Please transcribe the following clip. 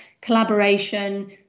collaboration